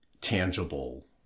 tangible